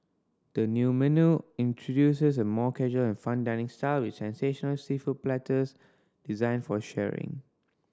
the new menu introduces a more casual and fun dining style with sensational seafood platters designed for sharing